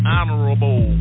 Honorable